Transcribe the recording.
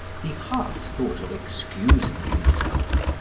he half thought of excusing himself,